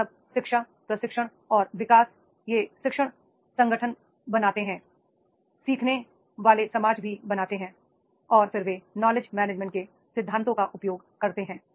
यह सब शिक्षा प्रशिक्षण और विकास वे शिक्षण संगठन बनाते हैं सीखने वाले समाज भी बनाते हैं और फिर वे नॉलेज मैनेजमेंट के सिद्धांतों का उपयोग करते हैं